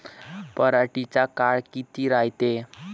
पराटीचा काळ किती रायते?